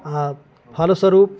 आ फलस्वरूप